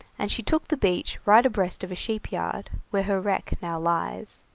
and she took the beach right abreast of a sheep yard, where her wreck now lies.